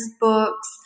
books